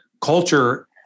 culture